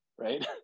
right